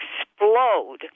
explode